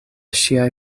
ŝiaj